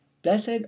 blessed